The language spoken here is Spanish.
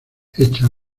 echa